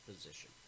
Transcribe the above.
position